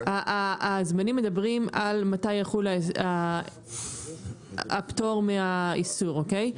הזמנים מדברים על מתי יחול הפטור מהאיסור, אוקיי?